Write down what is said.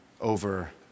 over